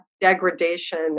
degradation